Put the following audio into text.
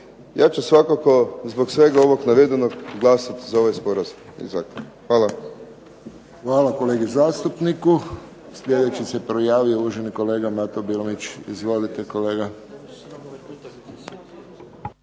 Ja ću svakako zbog svega ovog navedenog glasati za ovaj sporazum. Hvala. **Friščić, Josip (HSS)** Hvala kolegi zastupniku. Sljedeći se prijavio uvaženi kolega Mato Bilonjić. Izvolite, kolega.